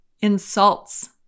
insults